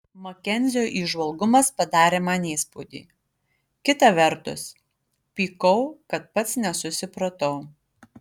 makenzio įžvalgumas padarė man įspūdį kita vertus pykau kad pats nesusipratau